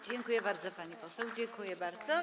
Dziękuję bardzo, pani poseł, dziękuję bardzo.